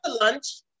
lunch